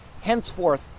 henceforth